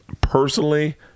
personally